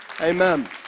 Amen